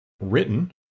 written